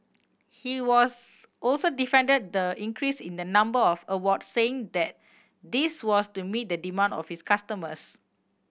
he was also defended the increase in the number of awards saying that this was to meet the demand of his customers